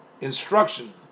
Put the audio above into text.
instruction